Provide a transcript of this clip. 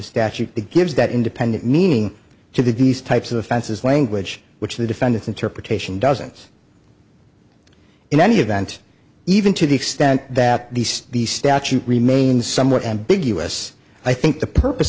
statute gives that independent meaning to these types of the fences language which the defendant interpretation doesn't in any event even to the extent that the statute remains somewhat ambiguous i think the purpose